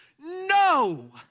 no